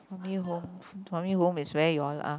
normally home normally home is where you all are